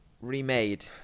Remade